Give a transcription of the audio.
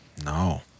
No